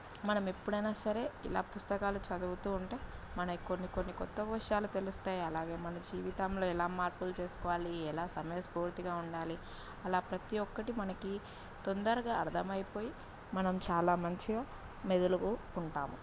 మనం ఎప్పుడైనా సరే ఇలా పుస్తకాలు చదువుతూ ఉంటే మనకి కొన్ని కొన్ని కొత్త విషయాలు తెలుస్తాయి అలాగే మన జీవితంలో ఎలా మార్పులు చేసుకోవాలి ఎలా సమయస్పూర్తిగా ఉండాలి అలా ప్రతీ ఒక్కటి మనకి తొందరగా అర్థమయిపోయి మనం చాలా మంచిగా మెదులుతూ ఉంటాము